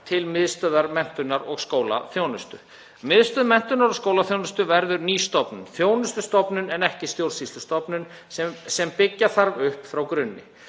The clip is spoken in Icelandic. til Miðstöðvar menntunar og skólaþjónustu. Miðstöð menntunar og skólaþjónustu verður ný stofnun, þjónustustofnun en ekki stjórnsýslustofnun, sem byggja þarf upp frá grunni.